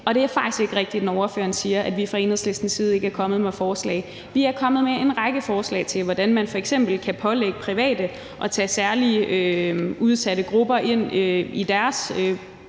og det er faktisk ikke rigtigt, når spørgeren siger, at vi fra Enhedslistens side ikke er kommet med forslag. Vi er kommet med en række forslag, f.eks. til, hvordan man kan pålægge private udlejere at tage særlig udsatte grupper ind i deres